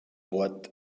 wort